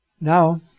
Now